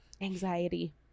Anxiety